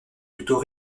plutôt